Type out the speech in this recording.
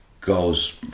goes